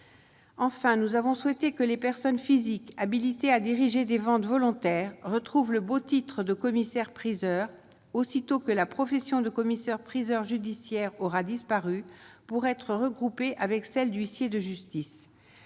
enfin, nous avons souhaité que les personnes physiques habilité à diriger des ventes volontaires retrouve le beau titre de commissaire priseur aussitôt que la profession de commissaire-priseur judiciaire aura disparu, pour être regroupées avec celles d'huissiers de justice,